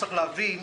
צריך להבין,